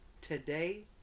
today